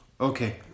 Okay